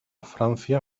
francia